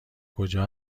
کجا